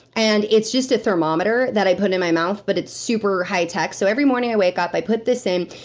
and it's just a thermometer, that i put in my mouth, but it's super high tech. so, every morning i wake up, i put this in.